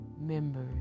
members